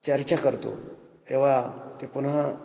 चर्चा करतो तेव्हा ते पुन्हा